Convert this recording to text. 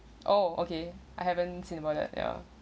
oh okay I haven't said about that ya